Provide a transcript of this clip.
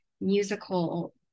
musical